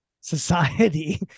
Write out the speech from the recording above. society